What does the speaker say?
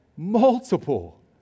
Multiple